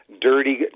dirty